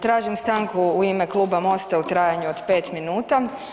Tražim stanku u ime Kluba MOST-a u trajanju od 5 minuta.